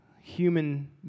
human